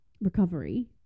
recovery